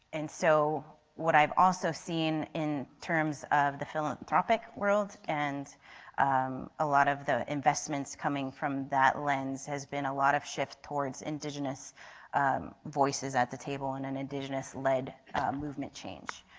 and so what i have also seen in terms of the philanthropic world and a lot of the investments coming from that lens has been a lot of shift towards indigenous voices at the table and and indigenous led movement change.